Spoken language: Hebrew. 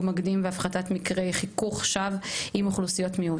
מקדים והפחתת מקרי חיכוך שווא עם אוכלוסיות מיעוט.